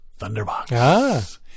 thunderbox